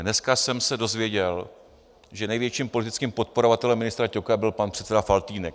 Dneska jsem se dozvěděl, že největším politickým podporovatelem ministra Ťoka byl pan předseda Faltýnek.